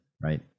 right